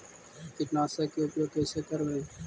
कीटनाशक के उपयोग कैसे करबइ?